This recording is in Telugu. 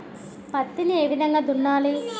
పత్తిని ఏ విధంగా దున్నాలి?